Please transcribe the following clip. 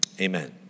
Amen